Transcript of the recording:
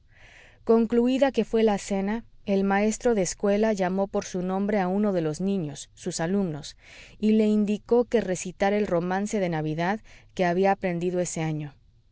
concluida que fué la cena el maestro de escuela llamó por su nombre a uno de los niños sus alumnos y le indicó que recitara el romance de navidad que había aprendido ese año